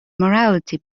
morality